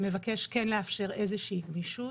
מבקש כן לאפשר איזושהי גמישות,